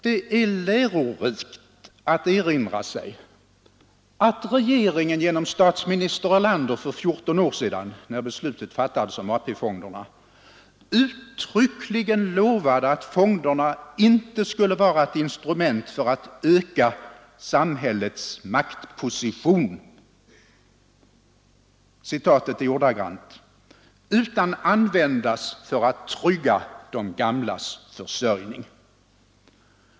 Det är lärorikt att erinra sig att regeringen genom statsminister Erlander för 14 år sedan när beslutet fattades om AP-fonderna uttryckligen lovade att fonderna inte skulle vara ett instrument för att öka ”samhällets maktpositioner” utan användas för att trygga de gamlas försörjning.